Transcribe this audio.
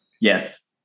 Yes